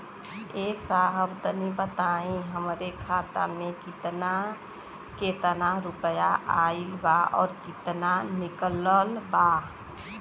ए साहब तनि बताई हमरे खाता मे कितना केतना रुपया आईल बा अउर कितना निकलल बा?